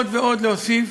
שאפשר עוד ועוד להוסיף,